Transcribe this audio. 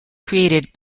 created